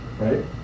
Right